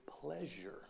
pleasure